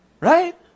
right